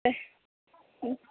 ते